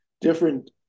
different